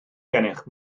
gennych